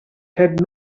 had